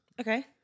Okay